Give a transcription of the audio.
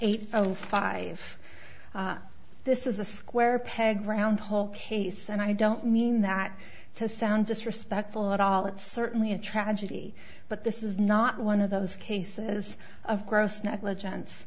eight o five this is a square peg round hole case and i don't mean that to sound disrespectful at all it's certainly a tragedy but this is not one of those cases of gross negligence